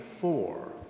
four